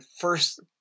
first